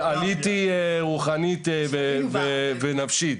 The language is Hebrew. כן, עליתי רוחנית ונפשית.